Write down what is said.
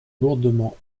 lourdement